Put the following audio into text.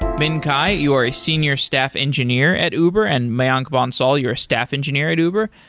min cai, you are a senior staff engineer at uber and mayank bansal, you're a staff engineer at uber.